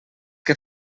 que